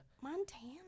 montana